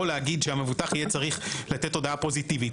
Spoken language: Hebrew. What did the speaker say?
או להגיד שהמבוטח יהיה צריך לתת הודעה פוזיטיבית.